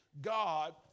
God